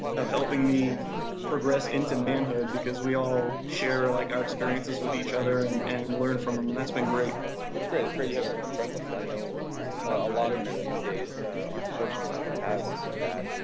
of helping me progress into manhood, because we all share like our experiences with each other and and learn from them, and that's been great that's great, that's great. you have good friends like. i know a lot of men these days are unfortunate not to have that.